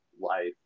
life